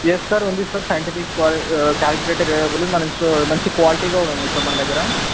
yes sir ఉంది sir scientific క్వా calculator available మనకు మంచి క్వాలిటీ కూడా ఉంది ఇక్కడ మన దగ్గర